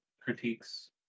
critiques